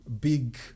big